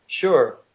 Sure